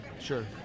Sure